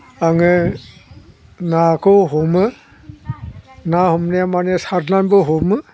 आङो नाखौ हमो ना हमनाया माने सारनानैबो हमो